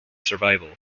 survival